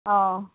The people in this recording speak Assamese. অঁ